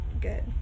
good